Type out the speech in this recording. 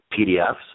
PDFs